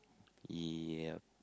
yep